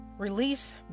Release